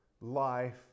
life